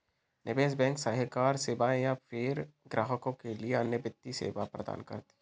निवेश बैंक सलाहकार सेवाएँ या फ़िर ग्राहकों के लिए अन्य वित्तीय सेवाएँ प्रदान करती है